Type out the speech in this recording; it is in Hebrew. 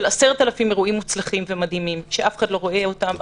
10,000 אירועים מוצלחים ומדהימים שאף אחד לא רואה אותם,